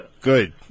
Good